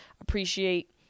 appreciate